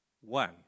one